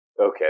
Okay